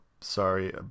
sorry